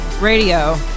Radio